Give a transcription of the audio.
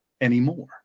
anymore